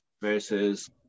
versus